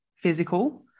physical